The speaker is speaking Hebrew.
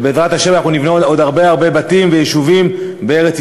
ובעזרת השם אנחנו נבנה עוד הרבה הרבה בתים ויישובים בארץ-ישראל.